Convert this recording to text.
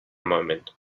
moment